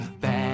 bad